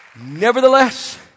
Nevertheless